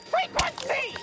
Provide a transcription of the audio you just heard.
Frequency